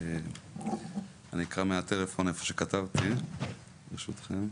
אני אקרא מהטלפון איפה שכתבתי ברשותכם.